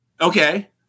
Okay